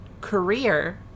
career